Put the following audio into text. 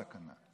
זו הסכנה.